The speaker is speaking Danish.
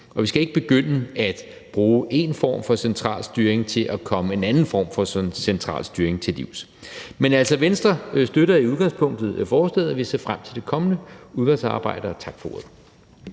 og vi skal ikke begynde at bruge én form for central styring til at komme en anden form for central styring til livs. Men altså, Venstre støtter i udgangspunktet forslaget, og vi ser frem til det kommende udvalgsarbejde. Tak for ordet.